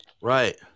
Right